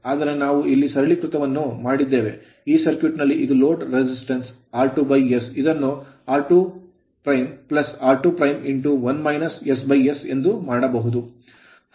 ಆದರೆ ನಾವು ಇಲ್ಲಿ ಈ ಸರಳೀಕರಣವನ್ನು ಮಾಡಿದ್ದೇವೆ ಈ ಸರ್ಕ್ಯೂಟ್ ನಲ್ಲಿ ಇದು load resistance load resistance r2s ಇದನ್ನು r2 r2 1 - ss ಎಂದು ಮಾಡಬಹುದು